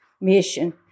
Mission